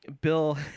Bill